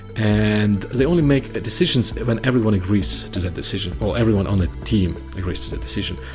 and they only make a decision when everyone agrees to that decision, or everyone on a team agrees to that decision.